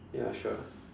ya sure